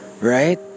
Right